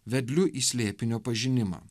vedliu į slėpinio pažinimą